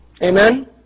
Amen